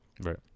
Right